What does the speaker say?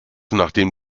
nachdem